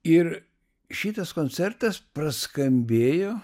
ir šitas koncertas praskambėjo